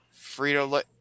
Frito